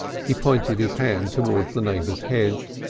he pointed his hand towards the neighbour's hedge.